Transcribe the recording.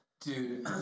Dude